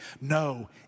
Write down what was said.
no